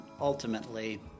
ultimately